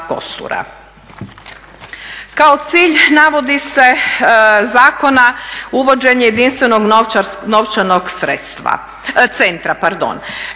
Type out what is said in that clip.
Kao cilj navodi se zakona uvođenje jedinstvenog